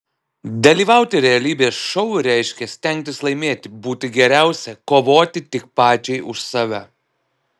dalyvauti realybės šou reiškia stengtis laimėti būti geriausia kovoti tik pačiai už save